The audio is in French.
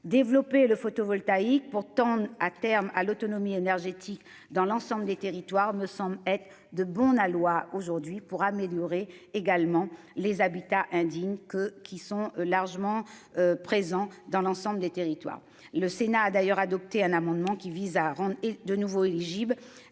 développé le photovoltaïque pourtant à terme à l'autonomie énergétique dans l'ensemble des territoires me semble être de bon aloi aujourd'hui pour améliorer également les habitats indignes que qui sont largement. Présents dans l'ensemble des territoires. Le Sénat a d'ailleurs adopté un amendement qui vise à rendre est de nouveau éligible.